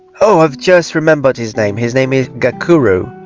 oh i've just remembered his name, his name is gakuru!